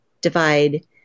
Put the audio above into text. divide